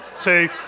two